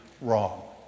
wrong